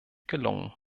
gelungen